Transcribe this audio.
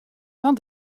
want